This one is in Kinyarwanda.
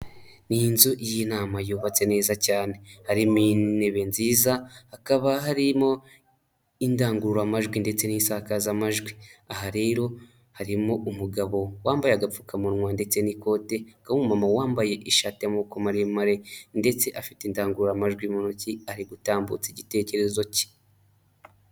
Ni nzu y'inama yubatse neza cyane. Harimo intebe nziza, hakaba harimo indangururamajwi ndetse n'isakazamajwi. Aha rero harimo umugabo wambaye agapfukamunwa ndetse n'ikote, hakaba n'umumama wambaye ishati y'amaboko maremare, ndetse afite indangururamajwi mu ntoki, ari gutambutsa igitekerezo cye.